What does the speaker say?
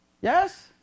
Yes